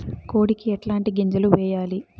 కోడికి ఎట్లాంటి గింజలు వేయాలి?